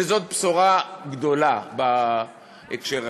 וזאת בשורה גדולה בהקשר הזה.